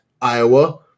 Iowa